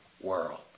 world